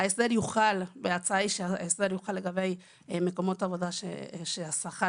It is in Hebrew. שההסדר יוחל לגבי מקומות עבודה שהשכר